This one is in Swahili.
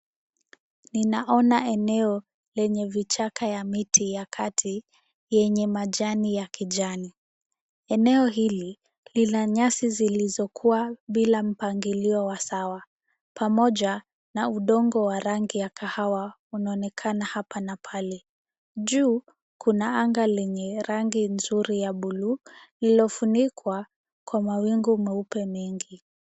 Ninaona eneo lenye vichaka ya miti ya kati, yenye majani ya kijani. Eneo hili lina nyasi zilizokua bila mpangilio wa sawa, pamoja na udongo wa rangi ya kahawa unaonekana hapa na pale. Juu kuna anga lenye rangi nzuri ya bluu, lililofunikwa kwa mawingu meupe mengi.